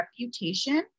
reputation